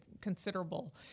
considerable